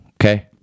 okay